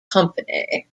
company